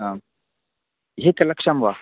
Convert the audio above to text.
आम् एकलक्षं वा